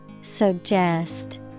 Suggest